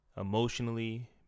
emotionally